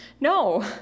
No